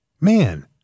Man